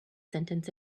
sentence